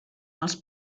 els